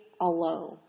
alone